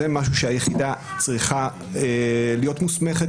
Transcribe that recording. זה משהו שהיחידה צריכה להיות מוסמכת